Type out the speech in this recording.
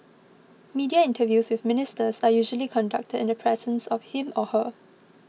media interviews with Ministers are usually conducted in the presence of him or her